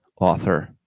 author